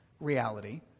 reality